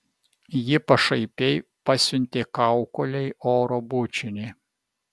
ji pašaipiai pasiuntė kaukolei oro bučinį